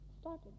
Started